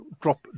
Drop